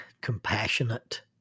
compassionate